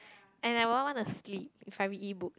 and I will all wanna sleep if I read Ebooks